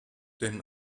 denn